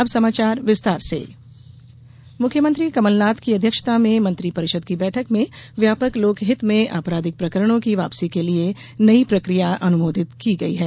अब समाचार विस्तार से मंत्रिपरिषद मुख्यमंत्री कमलनाथ की अध्यक्षता में मंत्रिपरिषद की बैठक में व्यापक लोकहित में आपराधिक प्रकरणों की वापसी के लिए नयी प्रक्रिया अनुमोदित की गई है